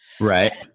Right